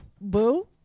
boo